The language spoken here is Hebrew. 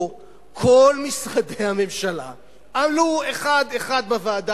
פה כל משרדי הממשלה עלו אחד-אחד בוועדה